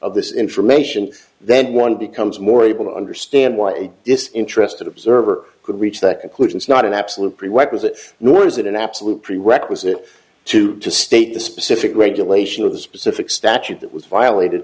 of this information then why becomes more able to understand why it is interested observer could reach that conclusion is not an absolute prerequisite nor is it an absolute prerequisite to just state the specific regulation of the specific statute that was violated